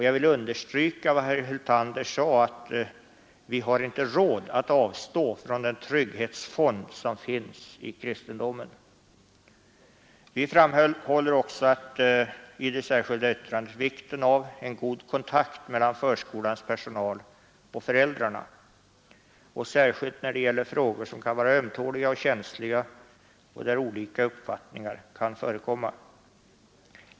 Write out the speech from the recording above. Jag vill understryka vad herr Hyltander sade att vi inte har råd att avstå från den trygghetsfond som finns i kristendomen. Vi framhåller också i det särskilda yttrandet vikten av en god kontakt mellan förskolans personal och föräldrarna, särskilt när det gäller frågor som kan vara ömtåliga och känsliga och där olika uppfattningar kan förekomma.